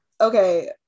okay